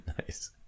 Nice